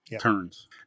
turns